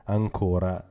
ancora